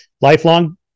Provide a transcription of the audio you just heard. lifelong